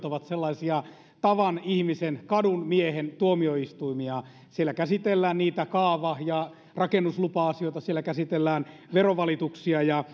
ovat sellaisia tavan ihmisen kadunmiehen tuomioistuimia siellä käsitellään niitä kaava ja rakennuslupa asioita siellä käsitellään verovalituksia ja